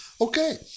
Okay